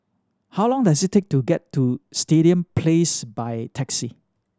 how long does it take to get to Stadium Place by taxi